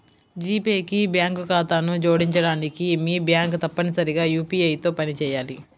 G Pay కి bank ఖాతాను జోడించడానికి, మీ బ్యాంక్ తప్పనిసరిగా యూ.పీ.ఐ తో పనిచేయాలి